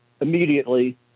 immediately